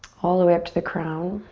all the way up to the crown.